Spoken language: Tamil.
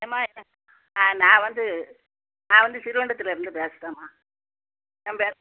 எம்மா நான் வந்து நான் வந்து சிறுவண்டத்துலேருந்து பேசுகிறேம்மா என் பேர்